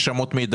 יש אמות מידה.